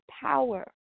power